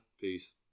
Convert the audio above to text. peace